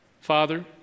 Father